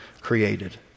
created